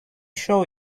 show